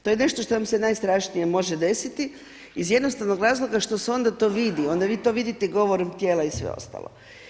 To je nešto što vam se najstrašnije može desiti, iz jednostavnog razloga, što se onda to vidi, onda vi to vidite i govorom tijela i sve ostalo.